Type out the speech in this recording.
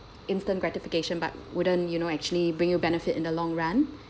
instant gratification but wouldn't you know actually bring your benefit in the long run